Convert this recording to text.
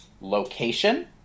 location